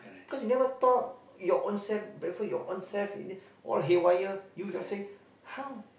cause you never talk your ownself breakfast your ownself ini all haywire you youself how